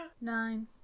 Nine